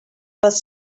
was